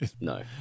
No